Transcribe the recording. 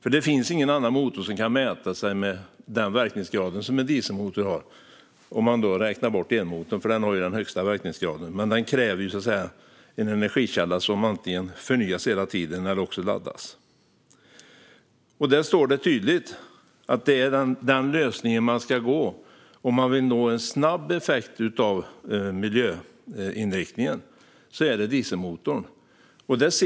Det finns ingen annan motor vars verkningsgrad kan mäta sig med den som en dieselmotor har - om man räknar bort elmotorn, för den har den högsta verkningsgraden, men den kräver en energikälla som antingen förnyas hela tiden eller också laddas. I artikeln står det tydligt att det är den lösningen man ska gå mot. Om man vill få en snabb effekt av miljöinriktningen är det dieselmotorn som gäller.